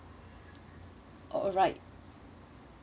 alright